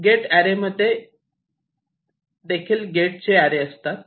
gate array मध्ये देखील gate चे एरे असतात